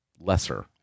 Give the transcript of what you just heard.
lesser